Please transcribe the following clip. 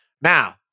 Now